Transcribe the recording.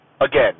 again